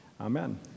Amen